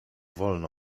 wolno